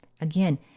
Again